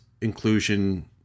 inclusion